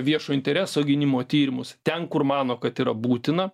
viešo intereso gynimo tyrimus ten kur mano kad yra būtina